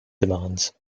demands